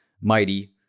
mighty